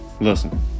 listen